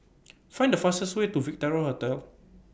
Find The fastest Way to Victoria Hotel